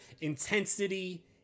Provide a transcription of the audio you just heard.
intensity